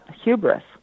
hubris